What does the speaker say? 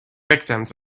victims